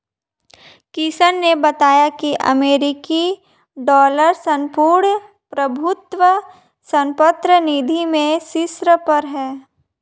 किशन ने बताया की अमेरिकी डॉलर संपूर्ण प्रभुत्व संपन्न निधि में शीर्ष पर है